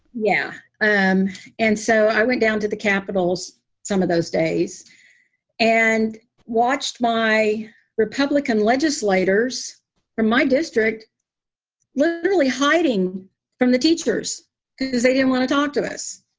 yeah. and and so i went down to the capitals some of those days and watched my republican legislators from my district literally hiding from the teachers because they didn't want to talk to us.